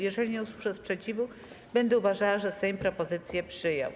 Jeżeli nie usłyszę sprzeciwu, będę uważała, że Sejm propozycję przyjął.